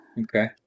Okay